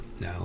No